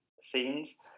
scenes